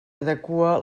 adequa